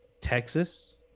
Texas